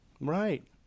Right